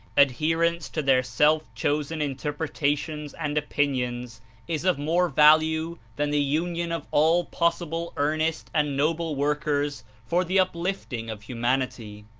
adherence to their self chosen interpretations and opinions is of more value than the union of all possible earnest and noble work ers for the uplifting of humanity.